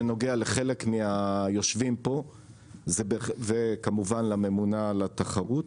שנוגע לחלק מהיושבים פה וכמובן לממונה על התחרות,